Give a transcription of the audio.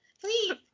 please